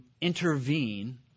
intervene